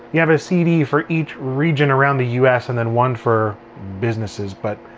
you have a cd for each region around the us and then one for businesses. but